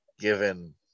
given